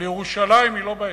אבל ירושלים היא לא בעסק.